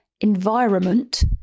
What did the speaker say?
environment